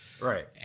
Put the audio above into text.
Right